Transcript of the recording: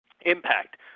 impact